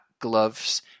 gloves